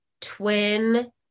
twin